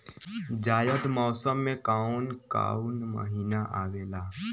जायद मौसम में काउन काउन महीना आवेला?